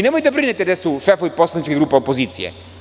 Nemojte da brinete gde su šefovi poslaničkih grupa opozicije.